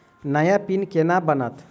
नया पिन केना बनत?